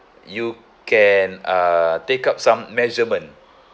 you can uh take up some measurement